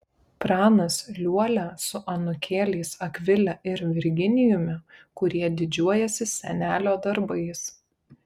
pranas liuolia su anūkėliais akvile ir virginijumi kurie didžiuojasi senelio darbais